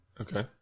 Okay